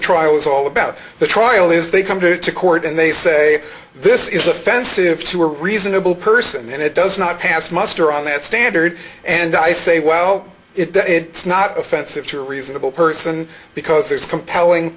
the trial is all about the trial is they come to court and they say this is offensive to a reasonable person and it does not pass muster on that standard and i say well it not offensive to a reasonable person because there's compelling